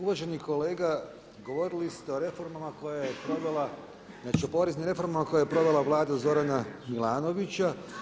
Uvaženi kolega, govorili ste o reformama koje je provela, dakle o poreznim reformama koje je provela Vlada Zorana Milanovića.